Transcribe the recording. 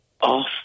off